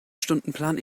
stundenplan